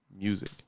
music